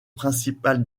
principale